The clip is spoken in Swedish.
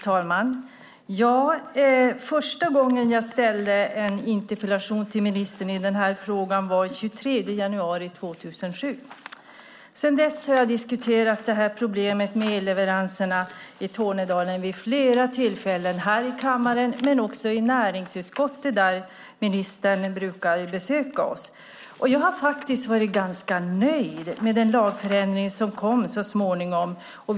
Fru talman! Första gången jag ställde en interpellation till ministern i den här frågan var den 23 januari 2007. Sedan dess har jag diskuterat problemet med elleveranserna i Tornedalen vid flera tillfällen, här i kammaren men också i näringsutskottet där ministern brukar besöka oss. Jag har faktiskt varit ganska nöjd med den lagförändring som så småningom kom.